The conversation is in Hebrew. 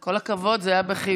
כל הכבוד, זה היה בחיוב.